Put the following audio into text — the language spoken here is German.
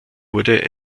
wurde